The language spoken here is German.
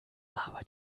aber